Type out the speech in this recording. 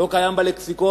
לא קיים בלקסיקון,